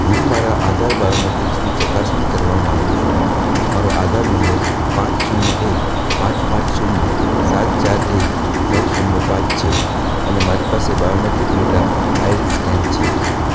હું મારા આધાર બાયોમેટ્રિક્સની ચકાસણી કરવા માંગુ છું મારો આધાર નંબર પાંચ શૂન્ય એક પાંચ પાંચ શૂન્ય સાત ચાર એક નવ શૂન્ય પાંચ છે અને મારી પાસે બાયોમેટ્રિક ડેટા આઈરિસ સ્કેન છે